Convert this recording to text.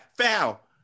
foul